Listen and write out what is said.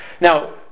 now